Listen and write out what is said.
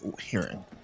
hearing